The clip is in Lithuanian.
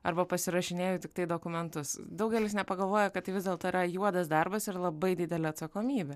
arba pasirašinėju tiktai dokumentus daugelis nepagalvoja kad tai vis dėlto yra juodas darbas ir labai didelė atsakomybė